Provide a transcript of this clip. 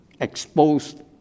exposed